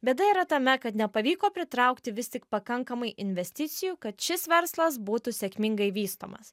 bėda yra tame kad nepavyko pritraukti vis tik pakankamai investicijų kad šis verslas būtų sėkmingai vystomas